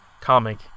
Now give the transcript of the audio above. comic